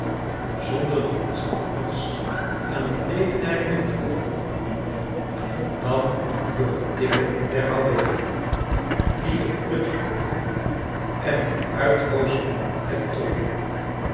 zonder door iets anders aan het leven herinnerd te worden dan door het tikken der houweelen die een put groeven en het uithoozen der tonnen